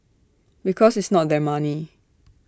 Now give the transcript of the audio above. because it's not their money